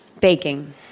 Baking